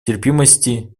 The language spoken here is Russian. терпимости